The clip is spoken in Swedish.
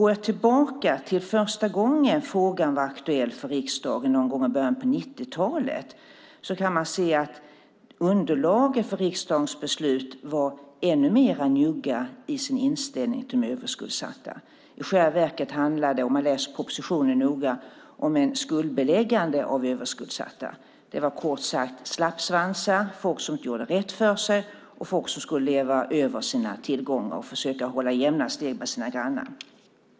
Går man tillbaka till första gången frågan var aktuell för riksdagen i början av 90-talet kan man se att underlagen för riksdagens beslut var ännu mer njugga i sin inställning till överskuldsatta. Om man läser propositionen noga ser man att det i själva verket handlade om ett skuldbeläggande av överskuldsatta. De var kort sagt slappsvansar, folk som inte gjorde rätt för sig och folk som levde över sina tillgångar för att försöka hålla jämna steg med sina grannar.